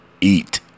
eat